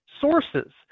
sources